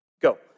Go